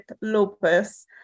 lupus